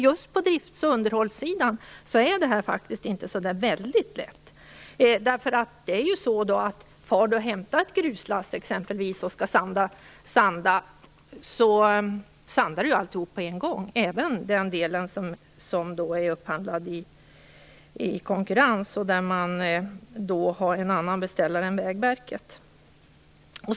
Just på drifts och underhållssidan är det inte så väldigt lätt. Om man far och hämtar ett gruslass för att sanda sandar man ju alltihop på en gång - även den del som är upphandlad i konkurrens och där man har en annan beställare än Vägverket.